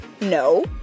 No